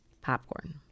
popcorn